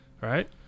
right